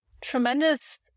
tremendous